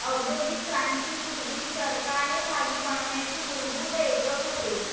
औद्योगिक क्रांती पूर्वी, चरखा हे धागे बनवण्याचे मूलभूत एकक होते